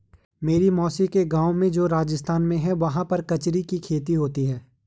मेरी मौसी के गाँव में जो राजस्थान में है वहाँ पर कचरी की खेती होती है